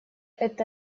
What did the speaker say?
это